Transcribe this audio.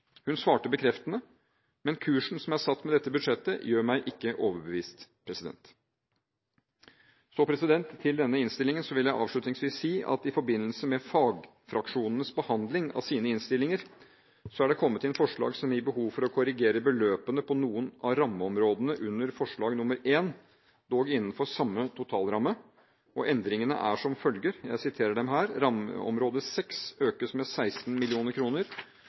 hun flere ganger har sagt at hun støttet. Hun svarte bekreftende, men kursen som er satt med dette budsjettet, gjør meg ikke overbevist. Til denne innstillingen vil jeg avslutningsvis si at i forbindelse med fagfraksjonenes behandling av sine innstillinger er det kommet inn forslag som gir behov for å korrigere beløpene på noen av rammeområdene under forslag nr. 1, dog innenfor samme totalramme. Endringene er som følger: Rammeområde 6 økes med 16